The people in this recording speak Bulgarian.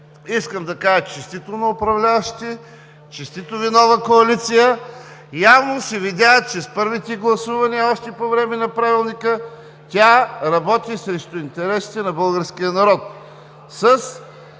управляващите, честита Ви нова коалиция. Явно се видя, че още с първите гласувания по време на Правилника тя работи срещу интересите на българския народ